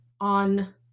on